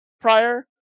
prior